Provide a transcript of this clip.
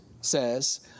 says